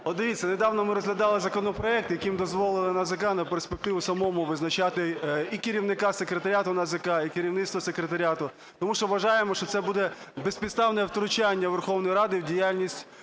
дивіться, недавно ми розглядали законопроект, яким дозволили НАЗК на перспективу самому визначати і керівника секретаріату НАЗК, і керівництва секретаріату. Тому що вважаємо, що це буде безпідставне втручання у Верховну Раду і в діяльність